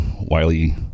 Wiley